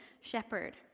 shepherd